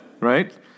Right